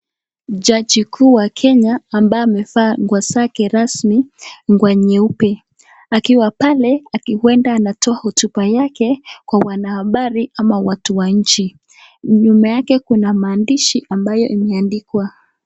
Jaji kuu wa Kenya, ambaye amevaa nguo zake rasmi, nguo nyeupe, akiwa pale huenda anatoa hotuba yake, kwa wanahabari ama watu wa nchi, nyuma yake kuna maandishi ambayo imeandikwa.